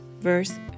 verse